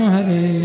Hare